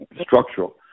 structural